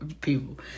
people